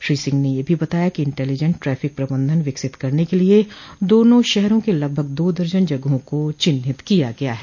श्री सिंह ने यह भी बताया कि इंटेलीजेंट ट्रैफिक प्रबंधन विकसित करने के लिये दोनों शहरों के लगभग दा दर्जन जगहों को चिन्हित किया गया है